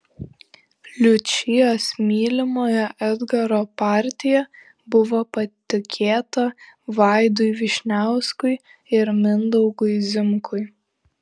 liučijos mylimojo edgaro partija buvo patikėta vaidui vyšniauskui ir mindaugui zimkui